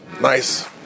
nice